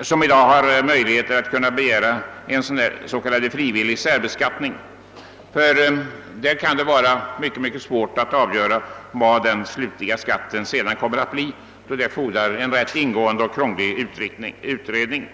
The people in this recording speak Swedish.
som i dag har möjlighet att begära frivillig särbeskattning att avgöra hur stor den slutliga skatten blir, då detta fordrar en rätt ingående och krånglig utredning.